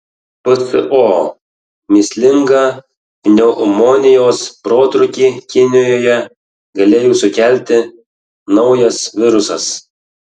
pso mįslingą pneumonijos protrūkį kinijoje galėjo sukelti naujas virusas